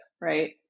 right